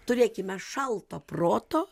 turėkime šalto proto